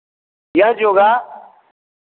यह योग